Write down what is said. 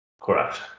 Correct